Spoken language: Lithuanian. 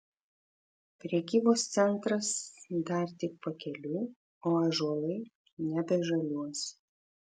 prekybos centras dar tik pakeliui o ąžuolai nebežaliuos